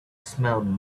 smelled